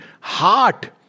Heart